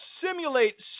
simulate